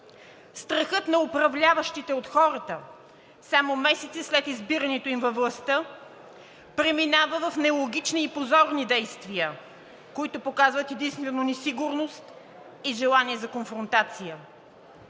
Страхът на управляващите от хората само месеци след избирането им във властта преминава в нелогични и позорни действия, които показват единствено несигурност и желание за конфронтация.